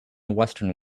western